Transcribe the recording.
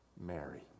Mary